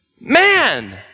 man